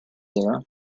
there